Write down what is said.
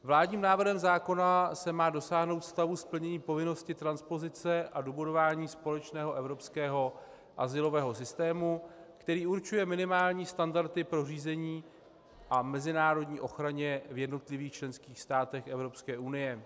Vládním návrhem zákona se má dosáhnout stavu splnění povinnosti transpozice a dobudování společného evropského azylového systému, který určuje minimální standardy pro řízení a mezinárodní ochraně v jednotlivých členských státech EU.